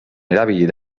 erabil